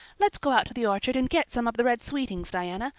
let's go out to the orchard and get some of the red sweetings, diana.